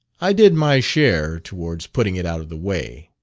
i did my share towards putting it out of the way.